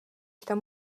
tam